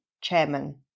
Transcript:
Chairman